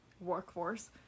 workforce